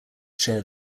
share